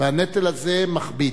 והנטל הזה מכביד.